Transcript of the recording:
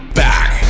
back